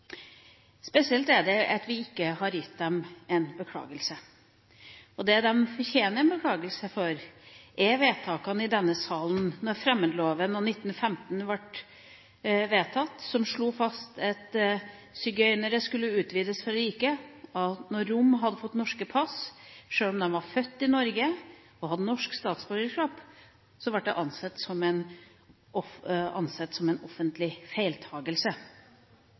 Spesielt er det at vi ikke har gitt dem en beklagelse. Det de fortjener en beklagelse for, er vedtakene i denne salen da fremmedloven av 1915 ble vedtatt. Den slo fast at sigøynere skulle utvises fra riket – når romene hadde norske pass, var født i Norge og hadde norsk statsborgerskap, ble det ansett som en offentlig feiltakelse. Passene de fikk, var definert som